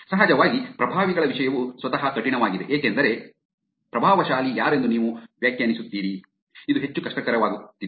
ಸಹಜವಾಗಿ ಪ್ರಭಾವಿಗಳ ವಿಷಯವು ಸ್ವತಃ ಕಠಿಣವಾಗಿದೆ ಏಕೆಂದರೆ ಪ್ರಭಾವಶಾಲಿ ಯಾರೆಂದು ನೀವು ವ್ಯಾಖ್ಯಾನಿಸುತ್ತೀರಿ ಇದು ಹೆಚ್ಚು ಕಷ್ಟಕರವಾಗುತ್ತಿದೆ